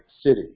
city